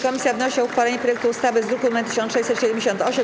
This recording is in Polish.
Komisja wnosi o uchwalenie projektu ustawy z druku nr 1678.